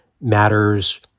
matters